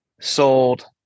sold